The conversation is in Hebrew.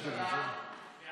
חוק לתיקון פקודת הרופאים (מס'